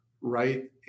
Right